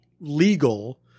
legal